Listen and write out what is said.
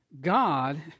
God